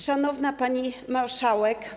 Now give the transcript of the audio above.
Szanowna Pani Marszałek!